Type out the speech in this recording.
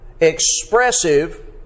expressive